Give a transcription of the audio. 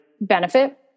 benefit